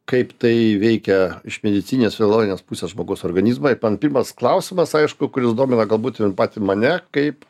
kaip tai veikia iš medicininės fiziologinės pusės žmogaus organizmą ir man pirmas klausimas aišku kuris domina galbūt ir patį mane kaip